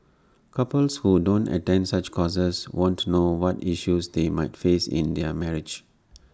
couples who don't attend such courses won't know what issues they might face in their marriage